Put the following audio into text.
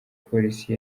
polisi